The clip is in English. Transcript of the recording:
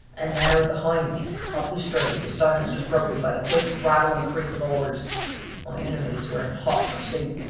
and now behind me, up the stream, the silence was broken by the quick rattle and creak of oars my enemies were in hot pursuit.